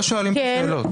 לא שואלים כאן שאלות.